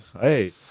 Hey